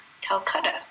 Calcutta